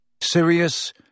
Sirius